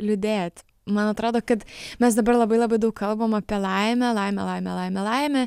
liūdėt man atrodo kad mes dabar labai labai daug kalbam apie laimę laimė laimė laimė laimė